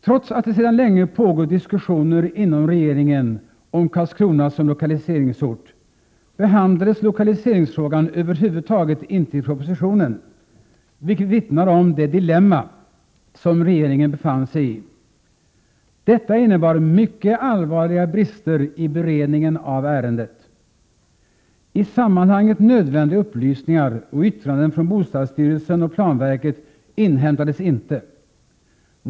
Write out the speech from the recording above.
Trots att det sedan länge pågått diskussioner inom regeringen om Karlskrona som lokaliseringsort, behandlades lokaliseringsfrågan över huvud taget inte i propositionen, vilket vittnar om det dilemma som regeringen befann sig i. Detta medförde mycket allvarliga brister i beredningen av ärendet. I sammanhanget nödvändiga upplysningar och yttranden från bostadsstyrelsen och planverket inhämtades inte.